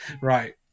right